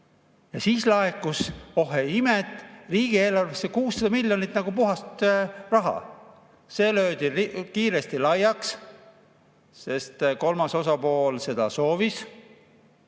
Ja siis laekus, oh imet, riigieelarvesse 600 miljonit nagu puhast raha. See löödi kiiresti laiaks, sest kolmas osapool seda soovis.